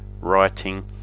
writing